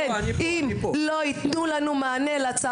אני שטפתי את העכוזים של הילדים בעזרת צינור,